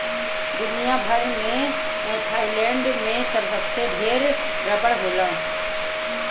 दुनिया भर में थाईलैंड में सबसे ढेर रबड़ होला